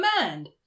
command